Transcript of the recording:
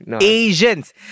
Asians